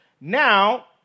Now